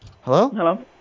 Hello